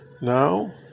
Now